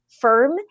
firm